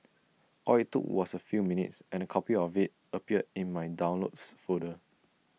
all IT took was A few minutes and A copy of IT appeared in my downloads folder